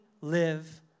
live